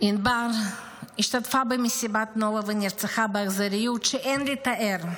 ענבר השתתפה במסיבת נובה ונרצחה באכזריות שאין לתאר,